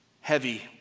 heavy